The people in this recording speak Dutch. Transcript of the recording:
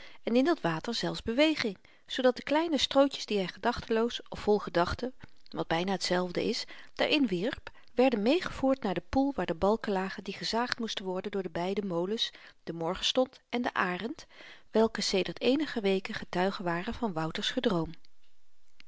en in dat water zelfs beweging zoodat de kleine strootjes die hy gedachteloos of vol gedachten wat byna t zelfde is daarin wierp werden meegevoerd naar den poel waar de balken lagen die gezaagd moesten worden door de beide molens d morgenstond en den arend welke sedert eenige weken getuigen waren van wouters gedroom